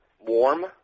Warm